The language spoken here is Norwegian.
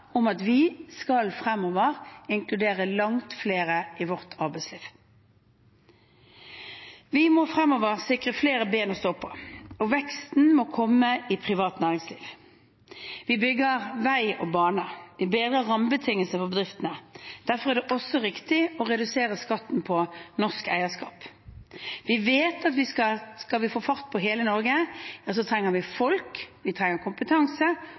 om at vi fremover skal inkludere langt flere i vårt arbeidsliv. Vi må fremover sikre flere ben å stå på, og veksten må komme i privat næringsliv. Vi bygger vei og bane. Vi bedrer rammebetingelsene for bedriftene. Derfor er det også riktig å redusere skatten på norsk eierskap. Vi vet at skal vi få fart på hele Norge, ja, så trenger vi folk, vi trenger kompetanse,